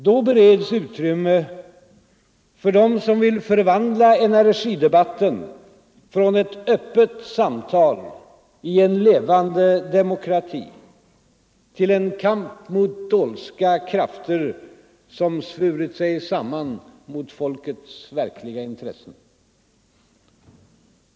Då bereds utrymme för dem som vill förvandla energidebatten från ett öppet samtal i en levande demokrati till en kamp mot dolska krafter, som svurit sig samman mot folkets verkliga intressen.